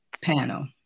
panel